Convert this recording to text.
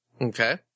Okay